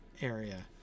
area